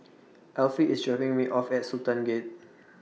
Alfie IS dropping Me off At Sultan Gate